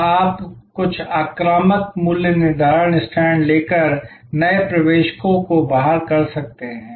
तो आप कुछ आक्रामक मूल्य निर्धारण स्टैंड लेकर नए प्रवेशकों को बाहर कर सकते हैं